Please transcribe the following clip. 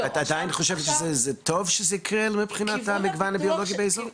את עדיין חושבת שזה טוב שזה יקרה מבחינת המגוון הביולוגי באזור?